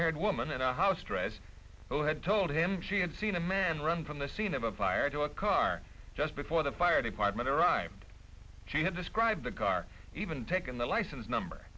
haired woman in a house tries who had told him she had seen a man run from the scene of a fire to a car just before the fire department arrived she had described the car even taken the license number